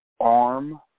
arm